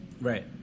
Right